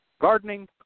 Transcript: gardening